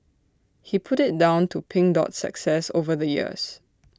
he put IT down to pink Dot's success over the years